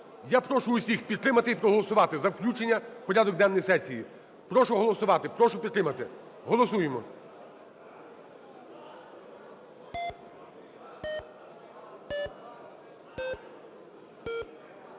Я прошу всіх підтримати і проголосувати за включення у порядок денної сесії. Прошу голосувати, прошу підтримати. Голосуємо.